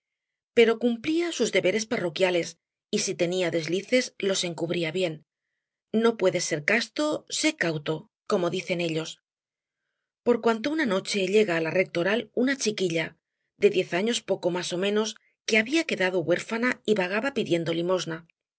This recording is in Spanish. pero cumplía sus deberes parroquiales y si tenía deslices los encubría bien no puedes ser casto sé cauto como dicen ellos por cuanto una noche llega á la rectoral una chiquilla de diez años poco más ó menos que había quedado huérfana y vagaba pidiendo limosna